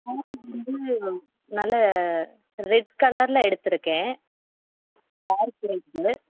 ஸேரி வந்து நல்ல ரெட் கலரில் எடுத்திருக்கேன் டார்க் ரெட்டு